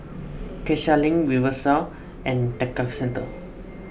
Cassia Link Rivervale and Tekka Centre